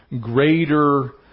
greater